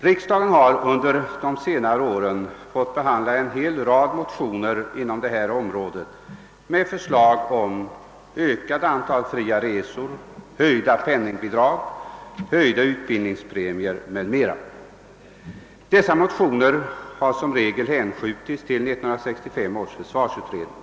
Riksdagen har under de senare åren fått behandla en hel rad motioner inom detta område med förslag till ökat antal fria resor, höjda penningbidrag, höjda utbildningspremier m.m. Dessa motioner har i regel hänskjutits till 1965 års försvarsutredning.